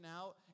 out